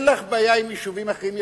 אין לך בעיה עם יישובים אחרים.